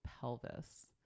pelvis